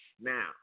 Now